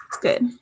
good